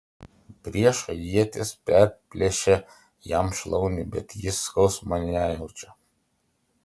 priešo ietis perplėšia jam šlaunį bet jis skausmo nejaučia